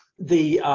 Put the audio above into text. the